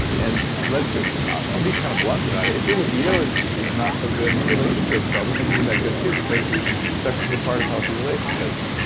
and let's just, i'll be kind of blunt about it, if your libido is is not so good your relationships probably aren't gonna be that good, too, because sex is a part of healthy relationships.